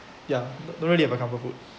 ya don't really have a comfort food